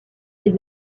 des